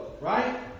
Right